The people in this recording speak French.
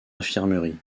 infirmerie